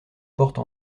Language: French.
porte